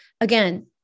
again